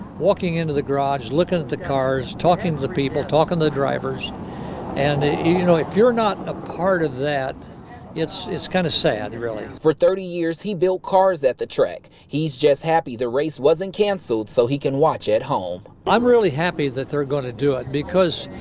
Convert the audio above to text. walking into the garage looking at the cars talking to people talking the drivers and you know if you're not a part of that it's it's kind of sad really for thirty years he built cars at the track. he's just happy. the race wasn't canceled so he can watch it at home, i'm really happy that they're going to do it because.